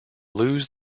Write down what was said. lose